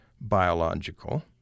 biological